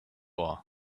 are